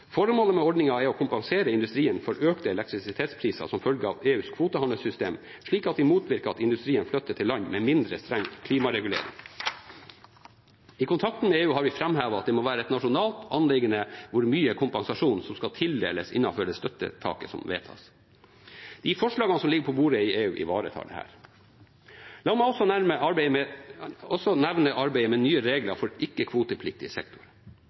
Formålet med ordningen er å kompensere industrien for økte elektrisitetspriser som følge av EUs kvotehandelssystem, slik at vi motvirker at industrien flytter til land med mindre streng klimaregulering. I kontakten med EU har vi framhevet at det må være at nasjonalt anliggende hvor mye kompensasjon som skal tildeles innenfor det støttetaket som vedtas. De forslagene som ligger på bordet i EU, ivaretar dette. La meg også nevne arbeidet med